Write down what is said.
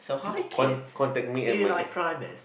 con~ contact me and Mike